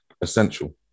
essential